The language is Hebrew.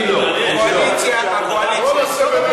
הצבעתם נגד.